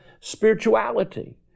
spirituality